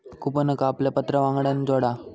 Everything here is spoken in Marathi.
कूपनका आपल्या पत्रावांगडान जोडा